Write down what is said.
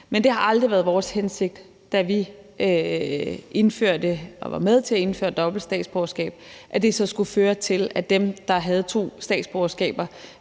Men det har aldrig været vores hensigt, da vi var med til at indføre dobbelt statsborgerskab, at det så skulle føre til, at dem, der havde to statsborgerskaber,